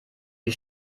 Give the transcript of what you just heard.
die